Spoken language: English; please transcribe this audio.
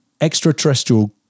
extraterrestrial